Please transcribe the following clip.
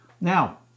Now